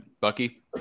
Bucky